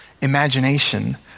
imagination